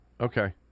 Okay